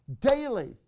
daily